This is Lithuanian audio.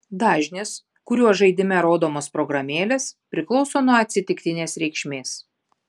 dažnis kuriuo žaidime rodomos programėlės priklauso nuo atsitiktinės reikšmės